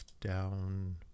down